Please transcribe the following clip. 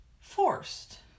forced